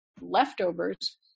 leftovers